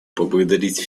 поблагодарить